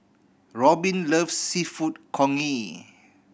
Robbin loves Seafood Congee